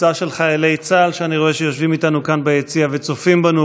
קבוצה של חיילי צה"ל שאני רואה שיושבים איתנו כאן ביציע וצופים בנו.